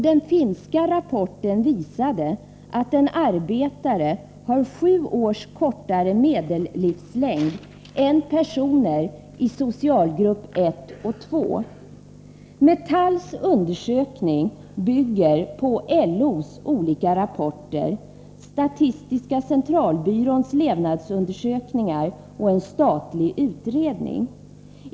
Den finska rapporten visade att en arbetare har sju år kortare medellivslängd än personer i socialgrupp 1 och 2. Metalls undersökning bygger på LO:s olika rapporter, statistiska centralbyråns levnadsundersökningar och en statlig utredning.